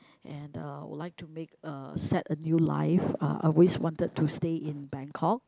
and uh would like to make uh set a new life uh I always wanted to stay in Bangkok